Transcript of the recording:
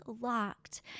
locked